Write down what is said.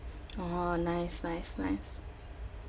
oh nice nice nice